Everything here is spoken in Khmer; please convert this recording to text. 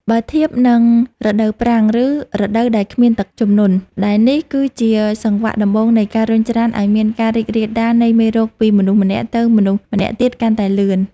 បើធៀបនឹងរដូវប្រាំង ឬរដូវដែលគ្មានទឹកជំនន់ ដែលនេះគឺជាសង្វាក់ដំបូងនៃការរុញច្រានឱ្យមានការរីករាលដាលនៃមេរោគពីមនុស្សម្នាក់ទៅមនុស្សម្នាក់ទៀតកាន់តែលឿន។